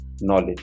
knowledge